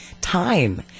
time